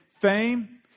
fame